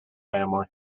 family